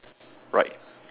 right